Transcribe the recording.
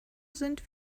sind